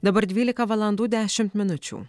dabar dvylika valandų dešimt minučių